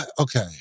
Okay